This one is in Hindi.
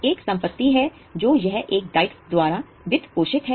एक संपत्ति है तो यह एक दायित्व द्वारा वित्त पोषित है